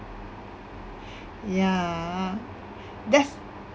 ya that's